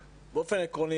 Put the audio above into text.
עקרוני,